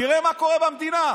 תראה מה קורה במדינה.